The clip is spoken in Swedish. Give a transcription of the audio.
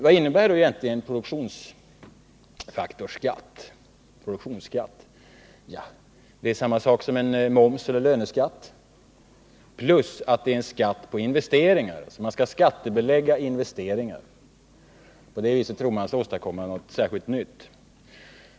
Vad innebär då egentligen produktionsfaktorsskatt, eller produktionsskatt? Det är samma sak som en moms eller löneskatt, och dessutom är det en skatt på investeringar. Man vill alltså skattebelägga investeringarna. På det viset tror man sig om att åstadkomma något speciellt nytt.